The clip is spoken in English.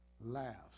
laughs